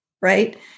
right